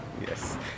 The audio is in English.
Yes